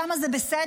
שם זה בסדר?